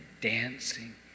dancing